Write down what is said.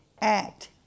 act